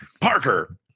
Parker